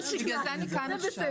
בגלל זה אני כאן עכשיו.